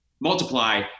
multiply